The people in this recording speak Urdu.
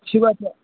اچھی بات ہے